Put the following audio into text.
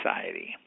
society